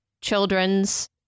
children's